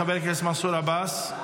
חבר הכנסת מנסור עבאס?